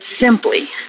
simply